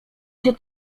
się